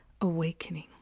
awakening